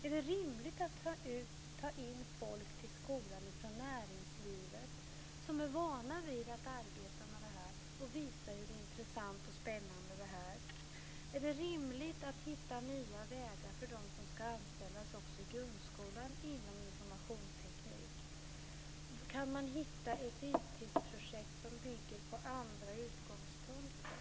Är det rimligt att ta in folk till skolan från näringslivet som är vana vid att arbeta med det här och som kan visa hur intressant och spännande det är? Är det rimligt att hitta nya vägar för dem som ska anställas i grundskolan inom informationsteknik? Kan man hitta ett IT-projekt som bygger på andra utgångspunkter?